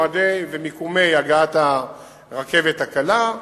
מועדי ומיקומי הגעת הרכבת הקלה,